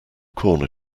corner